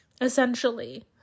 Essentially